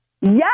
Yes